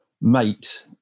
mate